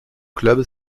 club